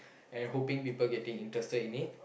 and hoping people getting interested in it